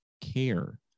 care